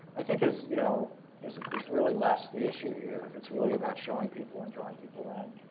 i think is you know is is really less the issue here. it's really about showing people and drawing people in.